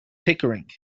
pickering